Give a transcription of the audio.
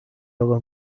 اقا